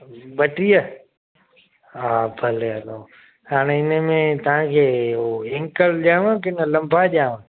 ॿटीह हा भले हलो हाणे इन में तव्हांखे उहो एंकल ॾियांव की न लंबा ॾियांव